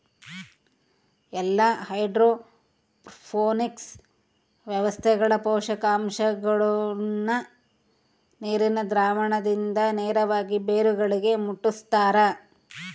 ಎಲ್ಲಾ ಹೈಡ್ರೋಪೋನಿಕ್ಸ್ ವ್ಯವಸ್ಥೆಗಳ ಪೋಷಕಾಂಶಗುಳ್ನ ನೀರಿನ ದ್ರಾವಣದಿಂದ ನೇರವಾಗಿ ಬೇರುಗಳಿಗೆ ಮುಟ್ಟುಸ್ತಾರ